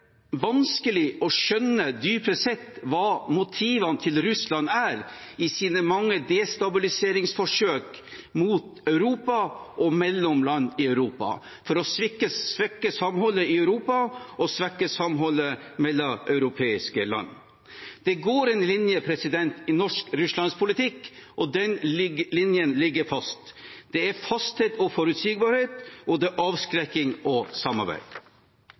vanskelig å skjønne hva som dypest sett er motivene til Russland i deres mange destabiliseringsforsøk mot Europa og mellom land i Europa, for å svekke samholdet i Europa og svekke samholdet mellom europeiske land. Det går en linje i norsk russlandspolitikk, og den linjen ligger fast: Det er fasthet og forutsigbarhet, og det er avskrekking og samarbeid.